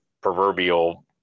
proverbial